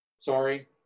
Sorry